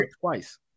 twice